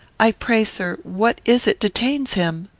i pray, sir, what is it detains him?